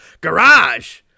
Garage